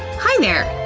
hi there!